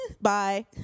Bye